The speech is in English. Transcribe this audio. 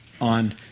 on